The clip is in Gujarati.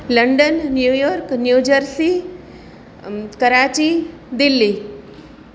London New York New Jersey Karachi Delhi